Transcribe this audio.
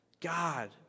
God